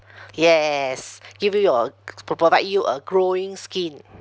yes give you your pro~ provide you a glowing skin